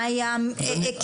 מה היו ההיקפים.